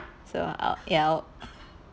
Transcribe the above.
so uh ya